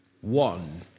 One